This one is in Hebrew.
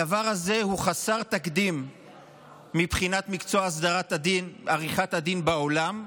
הדבר הזה הוא חסר תקדים מבחינת מקצוע עריכת הדין בעולם,